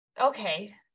okay